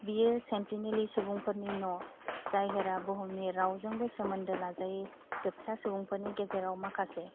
बेयो सेन्तिनेलि सुबुंफोरनि न' जायहोरा बुहुमनि रावजोंबो सोमोन्दो लाजायै जोबथा सुबुंफोरनि गेजेराव माखासे